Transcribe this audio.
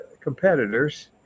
competitors